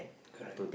correct